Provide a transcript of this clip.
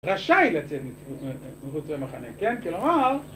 רשאי לצאת מחוץ למחנה, כן? כלומר...